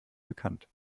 bekannt